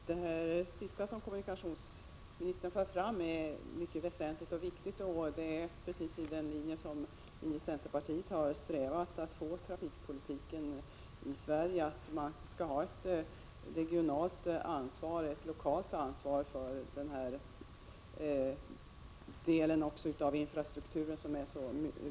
Herr talman! Det sista som kommunikationsministern för fram är mycket väsentligt och viktigt och ligger i linje med det sätt på vilket centern strävar efter att få trafikpolitiken i Sverige att fungera, dvs. att man skall ha ett regionalt och lokalt ansvar även för denna mycket viktiga del av infrastrukturen.